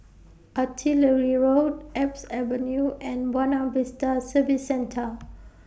Artillery Road Alps Avenue and Buona Vista Service Centre